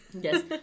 Yes